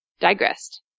digressed